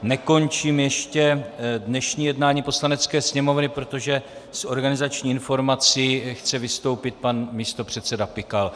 Nekončím ještě dnešní jednání Poslanecké sněmovny, protože s organizačními informací chce vystoupit pan místopředseda Pikal.